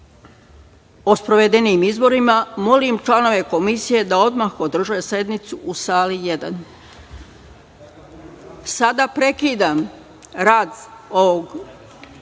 o sprovedenim izborima, molim članove Komisije da odmah održe sednicu u sali I.Sada prekidamo rad ovog